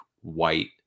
white